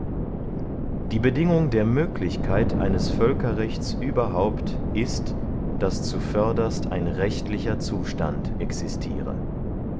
die bedingung der möglichkeit eines völkerrechts überhaupt ist daß zuvörderst ein rechtlicher zustand existire